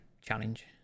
challenge